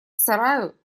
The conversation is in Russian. сараю